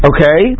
Okay